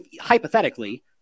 hypothetically